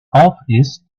aufisst